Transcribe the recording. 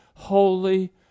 Holy